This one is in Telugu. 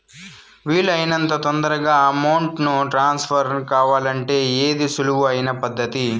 వీలు అయినంత తొందరగా అమౌంట్ ను ట్రాన్స్ఫర్ కావాలంటే ఏది సులువు అయిన పద్దతి